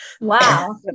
Wow